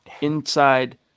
inside